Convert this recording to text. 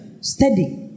Steady